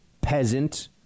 peasant